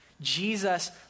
Jesus